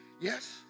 yes